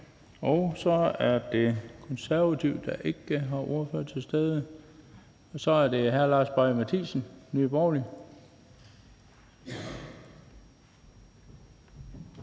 ordføreren. De Konservative har ingen ordfører til stede, og så er det hr. Lars Boje Mathiesen, Nye Borgerlige.